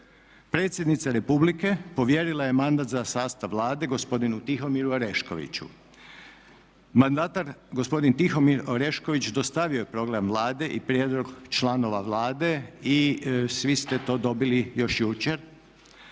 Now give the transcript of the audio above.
Predsjednica republike povjerila je mandat za sastav Vlade gospodinu Tihomiru Oreškoviću. Mandatar gospodin Tihomir Orešković dostavio je program Vlade i prijedlog članova Vlade i svi ste to dobili još jučer.